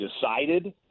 decided